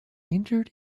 injured